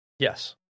Yes